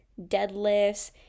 deadlifts